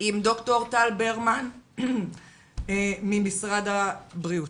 עם ד"ר טל ברגמן ממשרד הבריאות.